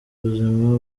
ubuzima